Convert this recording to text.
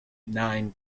nine